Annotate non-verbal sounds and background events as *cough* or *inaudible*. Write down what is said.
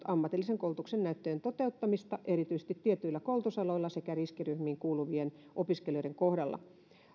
*unintelligible* ammatillisen koulutuksen näyttöjen toteuttamista erityisesti tietyillä koulutusaloilla sekä riskiryhmiin kuuluvien opiskelijoiden kohdalla